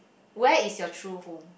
where is your true home